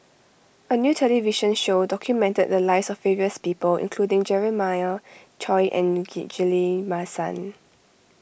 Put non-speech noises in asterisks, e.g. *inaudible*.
a new television show documented the lives of various people including Jeremiah Choy and *noise* Ghillie Basan